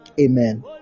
Amen